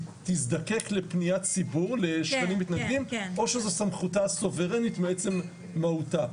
תזדקק לפניית ציבור לשכנים מתנגדים או שזו סמכותה הסוברנית מעצם מהותה?